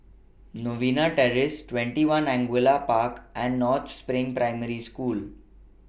Novena Terrace twenty one Angullia Park and North SPRING Primary School